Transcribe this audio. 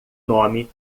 nome